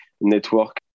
network